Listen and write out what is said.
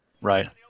Right